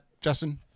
Justin